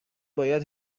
باید